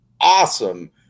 awesome